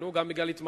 חברי כנסת,